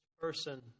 person